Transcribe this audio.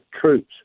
Troops